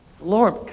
Lord